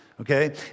Okay